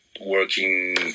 working